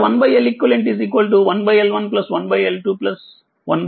1LN